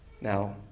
Now